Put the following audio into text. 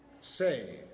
say